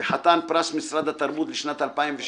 וחתן פרס משרד התרבות בשנת 2016